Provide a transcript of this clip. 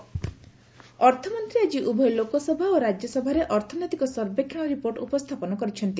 budget session ଅର୍ଥମନ୍ତ୍ରୀ ଆଜି ଉଭୟ ଲୋକସଭା ଓ ରାଜ୍ୟସଭାରେ ଅର୍ଥନୈତିକ ସର୍ବେକ୍ଷଣ ରିପୋର୍ଟ ଉପସ୍ଥାପନ କରିଛନ୍ତି